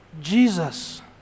Jesus